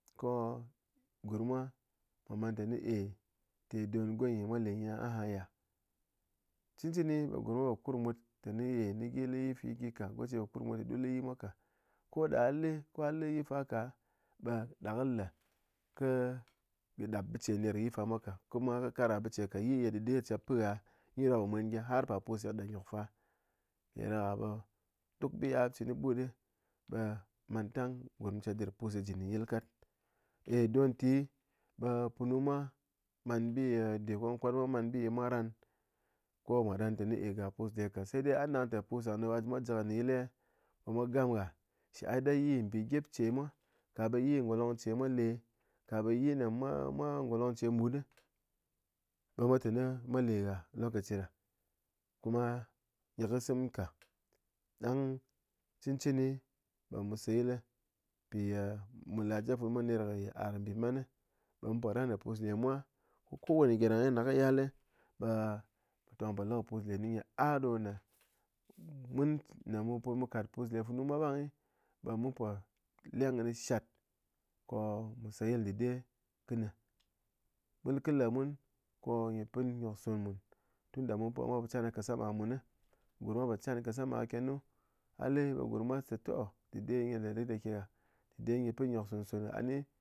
Ko gurm mwa mwá man tené eh te gonyi don mwa le nyi aha ya, cɨn cɨni be gurm mwa po kur kɨ mut tené ye gyi lé yi fugyi ka, goce po kɨr mut ɗu le yi mwa ka, ko da a le ko ghá le yi fa ka ɓe ɗa kɨ le kɨ nyi dap bice ner yi fa mwa ka kuma kɨ kara bice ka yi ye dɨde cep pɨn ghá gyi ɗo ghá po mwen gyi har par pus me dap nyok fa, mpiɗáɗaká ɓe duk bi ye ghá chin ɓut ɓe mantang gurm chedɨr pus ye ji ndɨn yil kat, e don nti be punu mwa man bi ye nde kwankwan mwa man bi ye mwa ran ko mwa ran ntené e ga pus le ka, saidai a nang te pus ɗang ɗo mwa ji kɨ ghà nɗin yil e ɓe mwa gam ghá shi either yi mbi gyip ce mwa, ka ɓe yi ngolong ce mwa le, ka ɓe yi ne mwa mwa ngolong ce mut ɓe mwa tené mwa le ghá lokaci ɗa, kuma nyikɨ sɨm ka, ɗang cɨn cɨni ɓe mu seyil mpiye mu la jip funu mwa ner yit'ar nbiman ɓe mun po ran kɨ pus le mwa, kó ko wane gyɨm ɗang e na kɨ yal ɓe tong po le kɨ pus le kɨ ni nyi ah ɗo ne mun ne mu put mu kat pus le funu mwa ɓang be mun po leng kɨ ni shat, ko mu se yil dɨde kené ɓul kɨ le mun ko nyi pɨn nyok son mun tun da mwa po chan kasama mun, gurm mwa po chan kasama kenu, a le ɓe gurm mwa te toh, dɨde le rit ke ghá dɨde nyi pɨn nyok son son ghá a ni